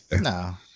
No